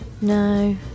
No